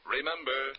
Remember